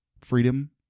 Freedom